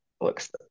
looks